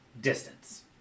distance